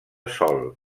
sol